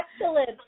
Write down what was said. Excellent